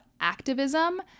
activism